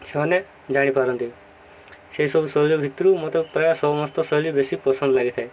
ସେମାନେ ଜାଣିପାରନ୍ତି ସେସବୁ ଶୈଳୀ ଭିତରୁ ମୋତେ ପ୍ରାୟ ସମସ୍ତ ଶୈଳୀ ବେଶି ପସନ୍ଦ ଲାଗିଥାଏ